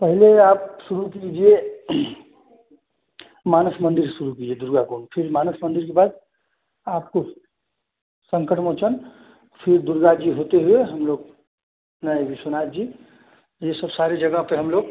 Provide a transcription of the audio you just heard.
पहले आप शुरू कीजिए मानस मंदिर से शुरू कीजिए दुर्गा कुंड फिर मानस मंदिर के बाद आपको संकट मोचन फिर दुर्गा जी होते हुए हम लोग नही विश्वनाथ जी ये सब सारी जगह पर हम लोग